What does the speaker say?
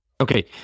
Okay